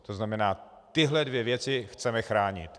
To znamená, tyhle dvě věci chceme chránit.